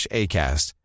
acast